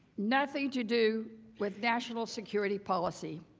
nothing to do with national security policy.